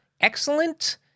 Excellent